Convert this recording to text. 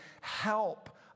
help